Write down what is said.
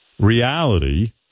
Reality